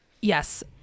yes